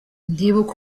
ndibuka